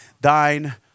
thine